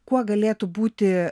kuo galėtų būti